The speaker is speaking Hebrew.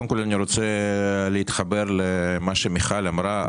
קודם כל, אני רוצה להתחבר למה שמיכל אמרה.